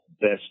best